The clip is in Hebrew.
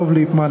דב ליפמן,